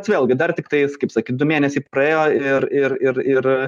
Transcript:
bet vėlgi dar tiktais kaip sakyt du mėnesiai praėjo ir ir ir ir